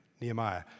Nehemiah